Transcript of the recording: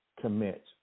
commit